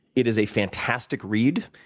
it is a fantastic read.